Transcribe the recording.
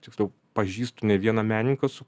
tiksliau pažįstu ne vieną menininką